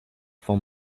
for